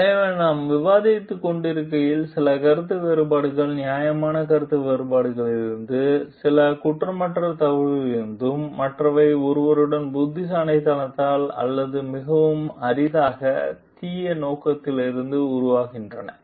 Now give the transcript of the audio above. எனவே நாம் விவாதித்துக் கொண்டிருக்கையில் சில கருத்து வேறுபாடுகள் நியாயமான கருத்து வேறுபாடுகளிலிருந்தும் சில குற்றமற்ற தவறுகளிலிருந்தும் மற்றவை ஒருவரின் புத்திசாலித்தனத்தால் அல்லது மிகவும் அரிதாக தீய நோக்கத்திலிருந்து உருவாகின்றன